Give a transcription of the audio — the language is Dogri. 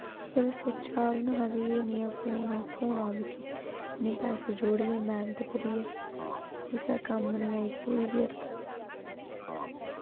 कदें सोचे दा बी नेईं हा कि एह् नेहा फोन थ्होना मिगी इन्ने पैसे जोड़ियै मैह्नत करियै कुसै कम्म निं आई पूरी ब्यर्थ गेई